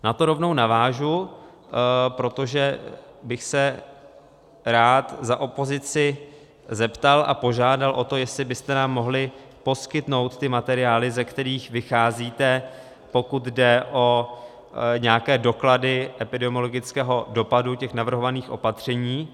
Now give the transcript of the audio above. Na to rovnou navážu, protože bych se rád za opozici zeptal a požádal o to, jestli byste nám mohli poskytnout ty materiály, ze kterých vycházíte, pokud jde o nějaké doklady epidemiologického dopadu navrhovaných opatření.